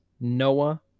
Noah